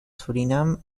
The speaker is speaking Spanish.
surinam